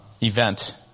event